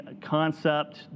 concept